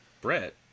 Brett